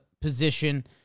position